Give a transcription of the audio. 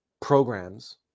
programs